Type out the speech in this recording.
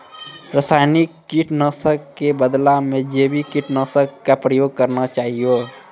रासायनिक कीट नाशक कॅ बदला मॅ जैविक कीटनाशक कॅ प्रयोग करना चाहियो